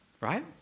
Right